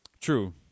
True